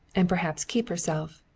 and perhaps keep herself.